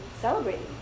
celebrating